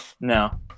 no